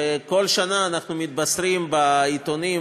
וכל שנה אנחנו מתבשרים בעיתונים,